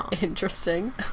Interesting